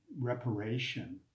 reparation